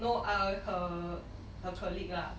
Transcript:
no uh her her colleague lah